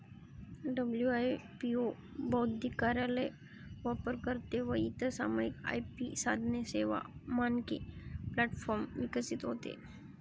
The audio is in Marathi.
डब्लू.आय.पी.ओ बौद्धिक कार्यालय, वापरकर्ते व इतर सामायिक आय.पी साधने, सेवा, मानके प्लॅटफॉर्म विकसित होते